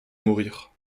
mourir